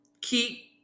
keep